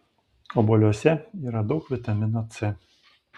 obuoliuose yra daug vitamino c